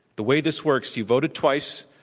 the way this works, you voted twice.